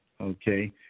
okay